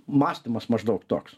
mąstymas maždaug toks